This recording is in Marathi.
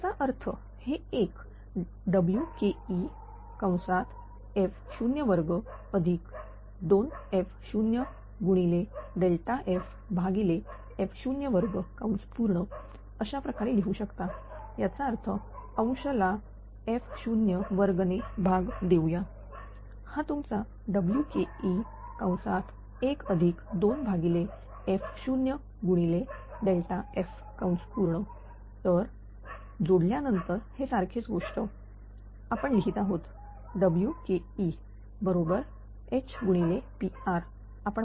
याचा अर्थ हे एकWke0f022f0ff02 अशाप्रकारे लिहू शकता याचा अर्थ अंश ला f02 ने भाग देऊया हा तुमचा Wke012f0f तर तोडल्यानंतर हे सारखेच गोष्ट आपण लिहीत आहोत Wke0 बरोबर HPr आपण पाहिले